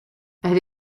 elle